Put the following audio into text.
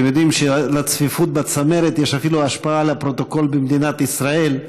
אתם יודעים שלצפיפות בצמרת יש השפעה אפילו על הפרוטוקול במדינת ישראל,